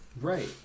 Right